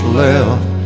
left